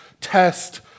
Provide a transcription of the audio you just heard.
test